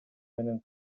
менен